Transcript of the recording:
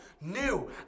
new